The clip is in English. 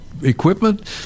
equipment